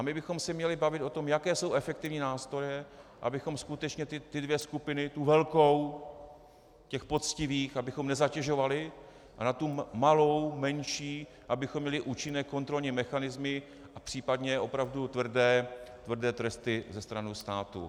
My bychom se měli bavit o tom, jaké jsou efektivní nástroje, abychom skutečně ty dvě skupiny, tu velkou těch poctivých abychom nezatěžovali, a na tu malou, menší, abychom měli účinné kontrolní mechanismy a případně opravdu tvrdé tresty ze strany státu.